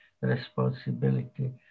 responsibility